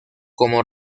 como